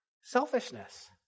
Selfishness